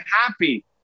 happy